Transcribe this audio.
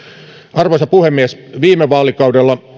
arvoisa puhemies viime vaalikaudella